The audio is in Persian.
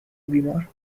بیمار